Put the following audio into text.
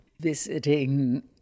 visiting